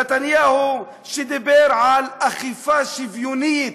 נתניהו, שדיבר על אכיפה שוויונית.